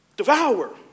Devour